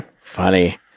Funny